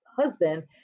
husband